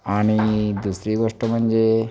आणि दुसरी गोष्ट म्हणजे